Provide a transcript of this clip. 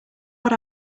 what